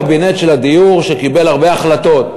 ישב קבינט הדיור, קיבל הרבה החלטות,